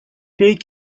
take